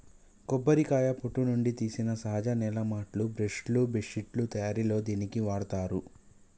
కొబ్బరికాయ పొట్టు నుండి తీసిన సహజ నేల మాట్లు, బ్రష్ లు, బెడ్శిట్లు తయారిలో దీనిని వాడతారు